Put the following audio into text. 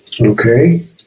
Okay